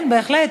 כן, בהחלט.